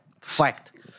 Fact